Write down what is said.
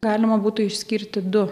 galima būtų išskirti du